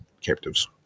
captives